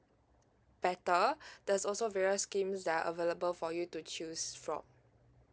better there's also various scheme that are available for you to choose from